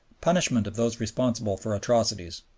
punishment of those responsible for atrocities.